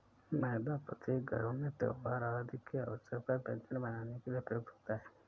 मैदा प्रत्येक घरों में त्योहार आदि के अवसर पर व्यंजन बनाने के लिए प्रयुक्त होता है